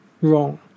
wrong